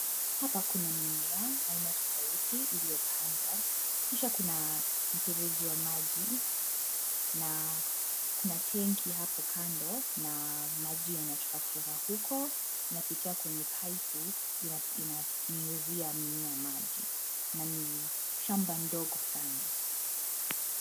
Hapa kuna mimea aina tofauti iliyopandwa. Kisha kuna mfereji wa maji na kuna tenki hapo kando, na maji yanatoka kutoka huko, inapitia kwenye paipu. Inanyunyuzia mimea maji na ni shamba ndogo sana.